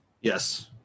Yes